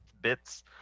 bits